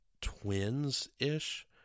twins-ish